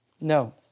No